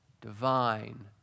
divine